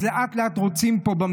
אז לאט-לאט רוצים פה,